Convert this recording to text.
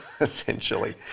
essentially